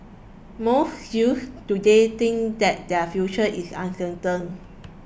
most youths today think that their future is uncertain